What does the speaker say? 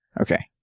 Okay